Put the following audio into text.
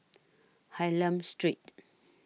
Hylam Street